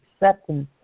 acceptance